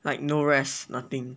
like no rest nothing